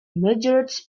majored